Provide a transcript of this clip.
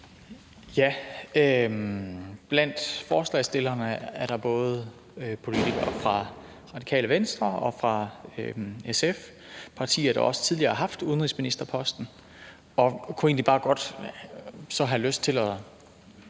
(S): Blandt forslagsstillerne er der både politikere fra Radikale Venstre og fra SF, altså partier, der også tidligere har haft udenrigsministerposten, og jeg kunne så egentlig bare godt have lyst til –